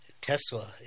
Tesla